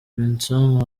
vincent